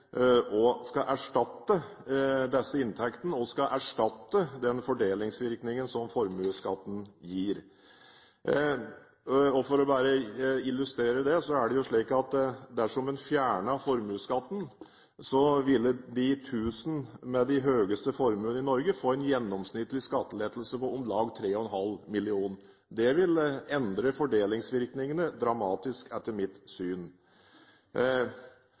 som skal erstatte disse inntektene, og erstatte den fordelingsvirkningen som formuesskatten gir. For bare å illustrere det er det jo slik at dersom en fjernet formuesskatten, ville de tusen med de høyeste formuene i Norge få en gjennomsnittlig skattelette på om lag 3,5 mill. kr. Det ville etter mitt syn endre fordelingsvirkningene dramatisk.